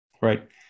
Right